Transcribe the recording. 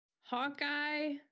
Hawkeye